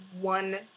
one